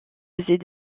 faisait